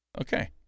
Okay